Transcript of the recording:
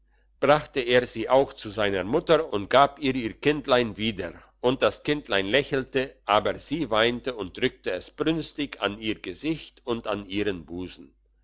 brachte er sie auch zu seiner mutter und gab ihr ihr kindlein wieder und das kindlein lächelte aber sie weinte und drückte es brünstig an ihr gesicht und an ihren busen